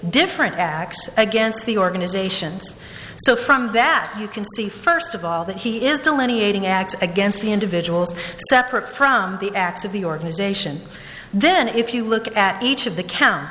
different acts against the organisations so from that you can see first of all that he is delineating acts against the individuals separate from the acts of the organisation then if you look at each of the count